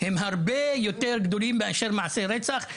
אבל יש אנשים מספר פצועים גדול בהרבה ממספר הנרצחים,